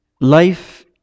Life